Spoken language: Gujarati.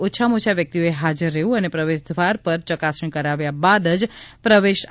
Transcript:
ઓછામાં ઓછા વ્યકિતઓએ હાજર રહેવુ અને પ્રવેશદ્વાર પર ચકાસણી કરાવ્યા બાદ જ પ્રવેશ આપવામાં આવશે